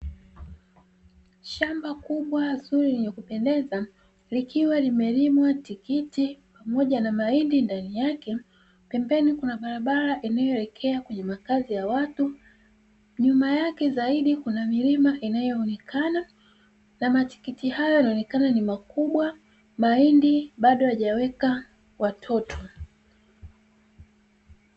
Shamba kubwa zuri lenye kupendeza, likiwa limelimwa tikiti pamoja na mahindi ndani yake, pembeni kuna barabara inayoelekea kwenye makazi ya watu, nyuma yake zaidi kuna milima inayoonekana na matikiti hayo yanaonekana ni makubwa na mahindi bado hayajaweka watoto.